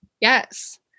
Yes